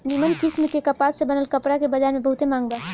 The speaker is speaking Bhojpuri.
निमन किस्म के कपास से बनल कपड़ा के बजार में बहुते मांग बा